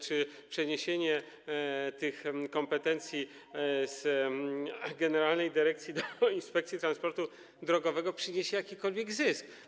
Czy przeniesienie tych kompetencji z generalnej dyrekcji do Inspekcji Transportu Drogowego przyniesie jakikolwiek zysk?